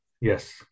Yes